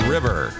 River